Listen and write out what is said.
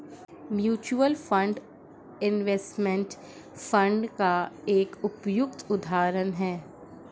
mutual fund investment fund का एक उपयुक्त उदाहरण है